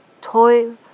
Toil